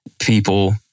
People